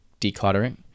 decluttering